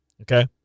Okay